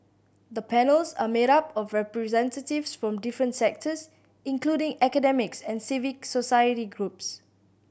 the panels are made up of representatives from different sectors including academics and civic society groups